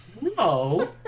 No